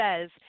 says